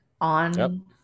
on